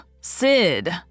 Sid